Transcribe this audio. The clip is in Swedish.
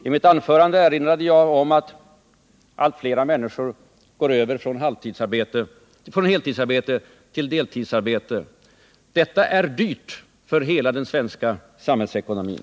I mitt första anförande erinrade jag om att allt fler människor går över från heltidsarbete till deltidsarbete. Det är kostsamt för hela den svenska samhällsekonomin.